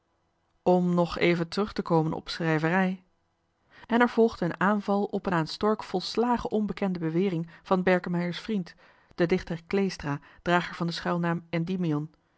om nog even terug te komen op schrijverij en er volgde een aanval op een aan stork volslagen onbekende bewering van berkemeier's vriend den dichter kleestra drager van den schuilnaam endymion